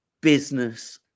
business